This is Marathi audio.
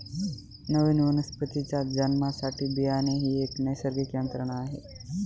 नवीन वनस्पतीच्या जन्मासाठी बियाणे ही एक नैसर्गिक यंत्रणा आहे